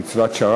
על קצבת שר"מ.